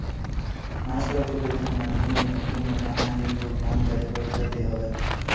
आजकल तो कई ठन माधियम ले मनखे मन ह ऑनलाइन भुगतान करे बर धर ले हवय